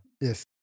Yes